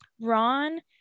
Ron